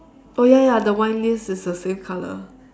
oh ya ya the wine list is the same colour